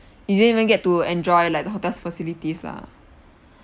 you didn't even get to enjoy like the hotel facilities lah